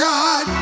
God